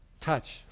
touch